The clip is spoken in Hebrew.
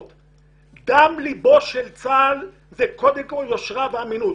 דם ליבו של צה"ל זה קודם כל יושרה ואמינות.